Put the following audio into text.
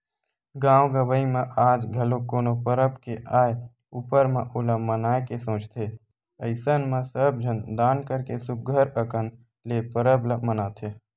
गाँव गंवई म आज घलो कोनो परब के आय ऊपर म ओला मनाए के सोचथे अइसन म सब झन दान करके सुग्घर अंकन ले परब ल मनाथे